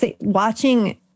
watching